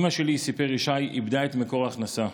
אימא שלי, סיפר ישי, איבדה את מקור ההכנסה.